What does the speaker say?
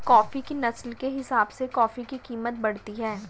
coffee की नस्ल के हिसाब से कॉफी की कीमत बढ़ती है